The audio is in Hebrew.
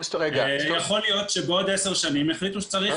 יכול להיות שבעוד עשר שנים יחליטו שצריך